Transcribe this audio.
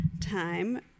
time